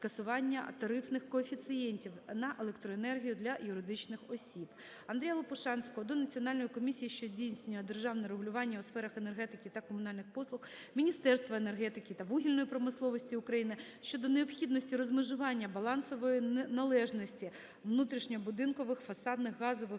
скасування тарифних коефіцієнтів на електроенергію для юридичних осіб. Андрія Лопушанського до Національної комісії, що здійснює державне регулювання у сферах енергетики та комунальних послуг, Міністерства енергетики та вугільної промисловості України щодо необхідності розмежування балансової належності внутрішньобудинкових (фасадних) газових